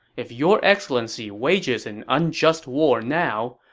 if your excellency wages an unjust war now,